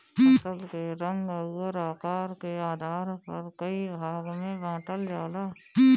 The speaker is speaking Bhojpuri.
फसल के रंग अउर आकार के आधार पर कई भाग में बांटल जाला